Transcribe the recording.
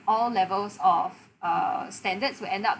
all levels of uh standards will end up